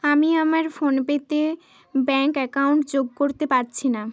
আমি আমার ফোনপেতে ব্যাঙ্ক অ্যাকাউন্ট যোগ করতে পারছি না